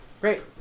Great